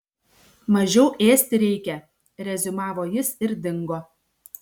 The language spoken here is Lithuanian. mažiau ėsti reikia reziumavo jis ir dingo